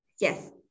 yes